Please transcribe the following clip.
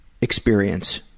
experience